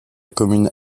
commune